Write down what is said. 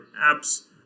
apps